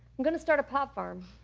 i'm gonna start a pot farm.